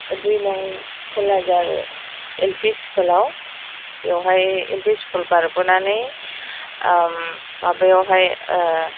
दुई नं फलाजार एल पि स्कुलाव बेवहाय एल पि स्कुल बारबोनानै माबायावहाय